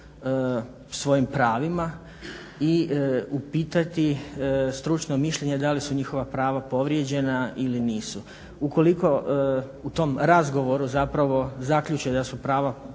svojim pravima i upitati stručno mišljenje da li su njihova prava povrijeđena ili nisu. Ukoliko u tom razgovoru zapravo zaključe da su prava povrijeđena